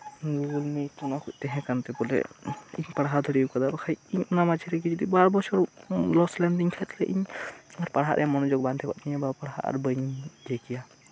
Google meet ᱚᱱᱟᱠᱚ ᱛᱟᱸᱦᱮ ᱠᱟᱱᱛᱮ ᱵᱚᱞᱮ ᱤᱧ ᱯᱟᱲᱦᱟᱣ ᱫᱟᱲᱮ ᱠᱟᱫᱟ ᱚᱱᱟ ᱢᱚᱸᱫᱽᱫᱷᱮ ᱨᱮᱜᱮ ᱵᱟᱨ ᱵᱚᱪᱷᱚᱨ ᱞᱚᱥ ᱞᱮᱱᱛᱤᱧ ᱠᱷᱟᱡ ᱤᱧ ᱟᱨ ᱯᱟᱲᱦᱟᱜ ᱨᱮᱭᱟᱜ ᱢᱚᱱᱳᱡᱳᱜ ᱵᱟᱝ ᱛᱟᱸᱦᱮ ᱠᱚᱜ ᱛᱤᱧᱼᱟ ᱟᱨ ᱯᱟᱲᱦᱟᱜ ᱟᱨ ᱵᱟᱹᱧ ᱞᱟᱹᱭ ᱠᱮᱭᱟ